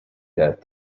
death